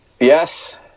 Yes